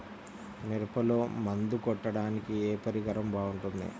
మిరపలో మందు కొట్టాడానికి ఏ పరికరం బాగుంటుంది?